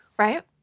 Right